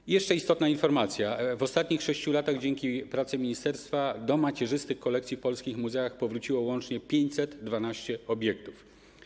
I jeszcze istotna informacja: w ostatnich 6 latach dzięki pracy ministerstwa do macierzystych kolekcji w polskich muzeach powróciło łącznie 512 obiektów.